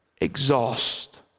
exhaust